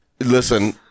Listen